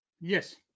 Yes